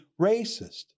racist